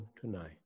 tonight